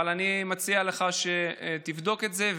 אבל אני מציע לך שתבדוק את זה,